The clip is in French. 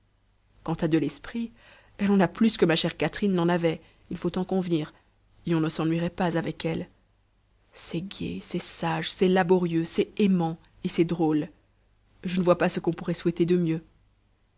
quant à de l'esprit elle en a plus que ma chère catherine n'en avait il faut en convenir et on ne s'ennuierait pas avec elle c'est gai c'est sage c'est laborieux c'est aimant et c'est drôle je ne vois pas ce qu'on pourrait souhaiter de mieux